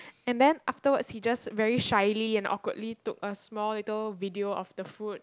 and then afterwards he just very shyly and awkwardly took a small little video of the food